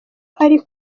ari